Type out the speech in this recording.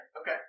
Okay